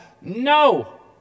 No